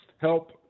help